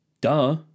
Duh